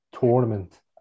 tournament